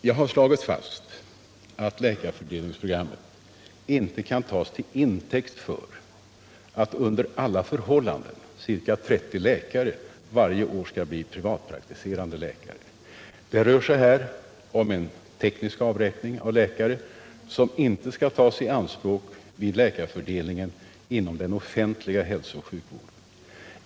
Jag har slagit fast att läkarfördelningsprogrammet inte kan tas till intäkt för att under alla förhållanden ca 30 läkare varje år skall bli privatprak tiserande läkare. Det rör sig här om en teknisk avräkning av läkare som inte skall tas i anspråk vid läkarfördelningen inom den offentliga hälsooch sjukvården.